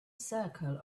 circle